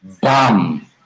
bum